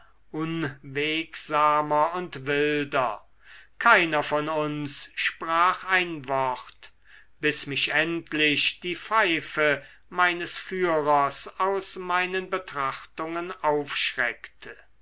unwegsamer und wilder keiner von uns sprach ein wort bis mich endlich die pfeife meines führers aus meinen betrachtungen aufschreckte